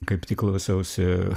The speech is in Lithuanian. kaip tik klausiausi